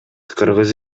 кыргыз